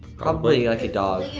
probably like a dog. yeah